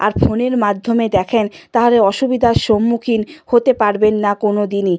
আর ফোনের মাধ্যমে দেখেন তাহলে অসুবিধার সম্মুখীন হতে পারবেন না কোনো দিনই